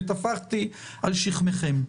וטפחתי על שכמכם.